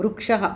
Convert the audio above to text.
वृक्षः